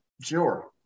Sure